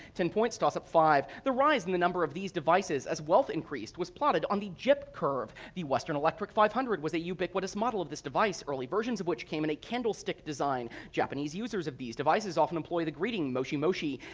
ten points, tossup five the rise in the number of these devices as wealth increased was plotted on the jipp curve. the western electric five hundred was a ubiquitous model of this device, early versions of which came in a candlestick design. japanese users of these devices often employ the greeting moshi moshi.